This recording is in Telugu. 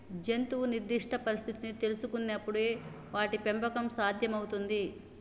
జంతువు నిర్దిష్ట పరిస్థితిని తెల్సుకునపుడే వాటి పెంపకం సాధ్యం అవుతుంది